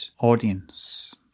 audience